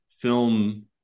film